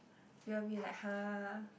we'll be like !huh!